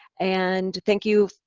and thank you,